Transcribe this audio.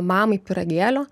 mamai pyragėlio